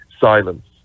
silence